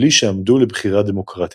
מבלי שעמדו לבחירה דמוקרטית.